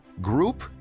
group